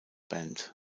band